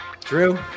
Drew